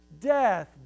death